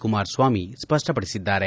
Kumaraswamy ಸ್ಪಪಡಿಸಿದ್ದಾರೆ